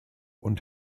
und